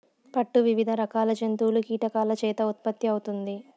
పట్టు వివిధ రకాల జంతువులు, కీటకాల చేత ఉత్పత్తి అవుతుంది